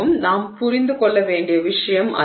எனவே நாம் புரிந்து கொள்ள வேண்டிய விஷயம் அது